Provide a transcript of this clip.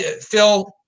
Phil